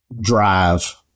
Drive